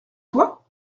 toi